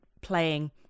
playing